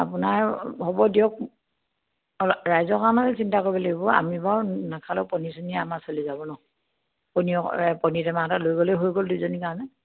আপোনাৰ হ'ব দিয়ক অঁ ৰাইজৰ কাৰণে চিন্তা কৰিব লাগিব আমি বাউ নাখালে পনীৰ চনীৰ আমাৰ চলি যাব ন পনীৰ পনীৰ টেমা এটা লৈ গলে হৈ গ'ল দুইজনীৰ কাৰণে